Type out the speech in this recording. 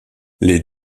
les